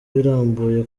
irambuye